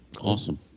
awesome